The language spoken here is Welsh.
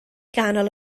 ganol